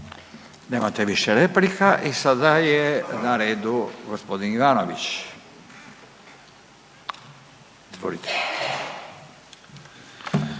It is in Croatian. Nemate više replika i sada je na redu gospodin Ivanović, izvolite.